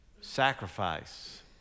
sacrifice